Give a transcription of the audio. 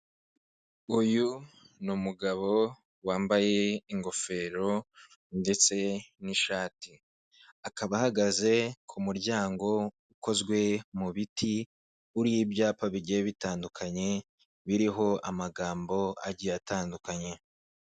Uyu ni umugabo wambaye ingofero ndetse n'ishati, akaba ahagaze ku muryango ukozwe mu biti uriho ibyapa bigiye bitandukanye biriho amagambo agiye atandukanye.